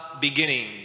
beginning